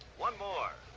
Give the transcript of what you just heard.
one more!